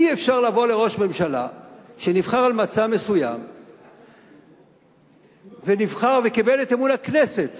אי-אפשר לבוא לראש ממשלה שנבחר על מצע מסוים ונבחר לקבל את אמון הכנסת